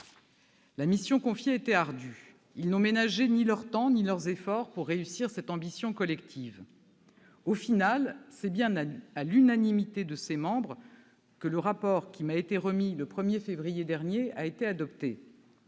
La mission confiée était ardue, ils n'ont ménagé ni leur temps ni leurs efforts pour réussir cette ambition collective. Au final, c'est bien à l'unanimité des membres du COI que le rapport qui m'a été remis le 1 février dernier a été adopté.